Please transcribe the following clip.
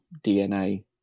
DNA